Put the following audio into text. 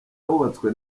wubatswe